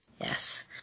Yes